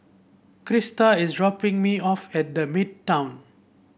Crista is dropping me off at The Midtown